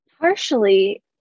partially